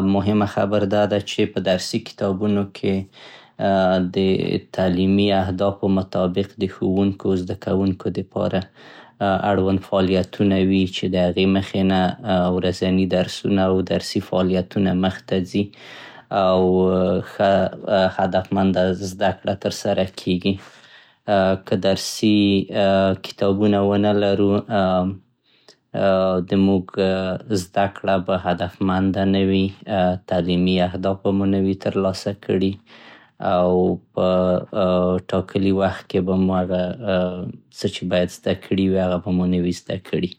مهمه خبر دا ده چې په درسي کتابونو کې د تعليمي اهدافو مطابق د ښوونکو زده کوونکو دپاره اړوند فعاليتونهوي چې د هغې د مخې نه ورځيني درسونه او درسي فعاليتونه مخته ځي او ښه هدفمنده زده کړه ترسره کېږي. که درسي کتابونه و نه لرو, د موږ زده کړه به هدفمنده نه وي, تعليمي اهداف به مو نه وي ترلاسه کړي او په ټاکلي وخت کې به مو هغه څه چې بايد زده کړي وي, هغه به مو نه وي زده کړي.